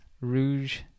Rouge